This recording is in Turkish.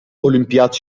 olimpiyat